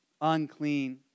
unclean